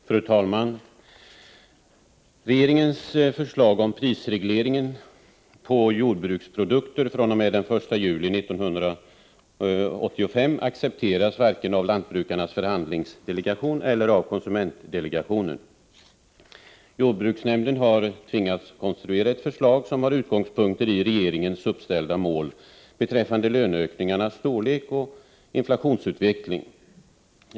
Fru talman! Regeringens förslag om reglering av priser på jordbruksprodukter fr.o.m. den 1 juli 1986 accepteras varken av lantbrukarnas förhandlingsdelegation eller av konsumentdelegationen. Jordbruksnämnden har tvingats konstruera ett förslag som har utgångspunkter i regeringens uppställda mål beträffande löneökningarnas storlek och inflationsutvecklingen.